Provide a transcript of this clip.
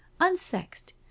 unsexed